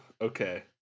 okay